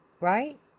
right